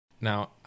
Now